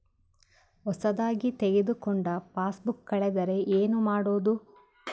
ಹೊಸದಾಗಿ ತೆಗೆದುಕೊಂಡ ಪಾಸ್ಬುಕ್ ಕಳೆದರೆ ಏನು ಮಾಡೋದು?